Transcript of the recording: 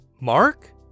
Mark